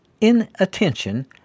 inattention